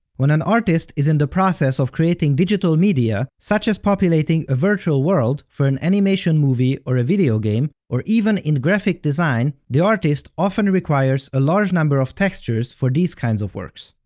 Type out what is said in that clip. when an artist is in the process of creating digital media, such as populating a virtual world for an animation movie or a video game, or even in graphic design, the artist often requires a large number of textures for these kinds of works.